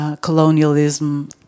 colonialism